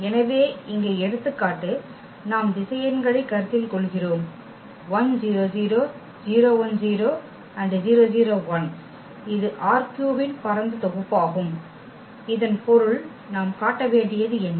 எனவே இங்கே எடுத்துக்காட்டு நாம் திசையன்களைக் கருத்தில் கொள்கிறோம் இது ℝ3 இன் பரந்த தொகுப்பாகும் இதன் பொருள் நாம் காட்ட வேண்டியது என்ன